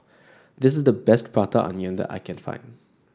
this is the best Prata Onion the I can find